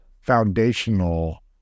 foundational